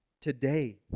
today